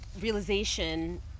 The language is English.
realization